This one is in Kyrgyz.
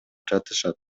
жатышат